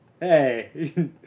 Hey